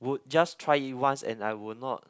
would just try it once and I will not